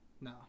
No